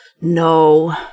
No